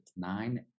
Nine